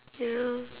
ya